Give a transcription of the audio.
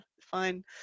fine